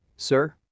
sir